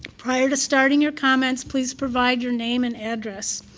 prior to starting your comments, please provide your name and address.